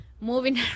moving